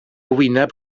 wyneb